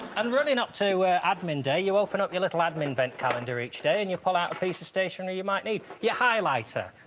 and running up to admin day you open up your little admin vent calendar each day and you pull out a piece of stationery you might need your highlighter.